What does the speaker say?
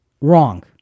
Wrong